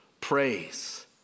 praise